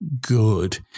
good